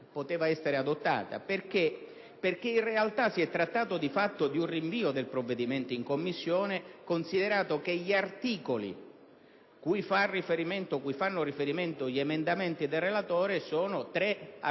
poteva essere adottata, perché in realtà si è trattato di fatto di un rinvio del provvedimento in Commissione, considerato che gli articoli cui fanno riferimento gli emendamenti del relatore sono tre su